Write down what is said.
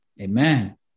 Amen